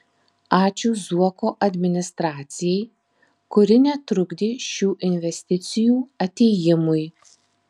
ačiū zuoko administracijai kuri netrukdė šių investicijų atėjimui